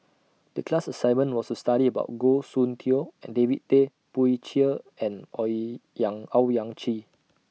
The class assignment was to study about Goh Soon Tioe David Tay Poey Cher and Owyang Chi